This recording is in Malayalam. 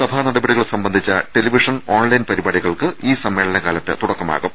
സഭാനടപടികൾ സംബന്ധിച്ച ടെലിവിഷൻ ഓൺലൈൻ പരിപാടികൾക്ക് ഈ സമ്മേളന കാലത്ത് തുട ക്കമാകും